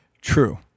True